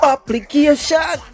Application